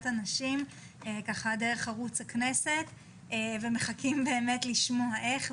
אנשים בחו"ל דרך ערוץ הכנסת ומחכים לשמוע איך.